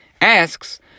asks